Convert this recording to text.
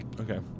okay